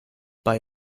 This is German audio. bei